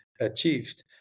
achieved